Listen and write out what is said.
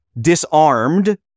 disarmed